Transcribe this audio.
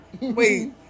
Wait